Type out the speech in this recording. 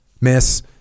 miss